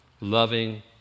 loving